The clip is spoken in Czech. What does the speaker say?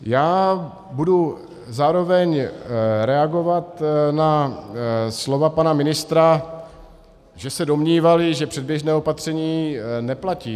Já budu zároveň reagovat na slova pana ministra, že se domnívali, že předběžné opatření neplatí.